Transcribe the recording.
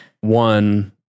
one